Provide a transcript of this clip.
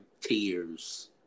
tears